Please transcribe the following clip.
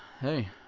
hey